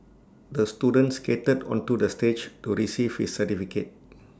the student skated onto the stage to receive his certificate